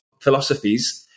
philosophies